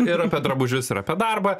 ir apie drabužius ir apie darbą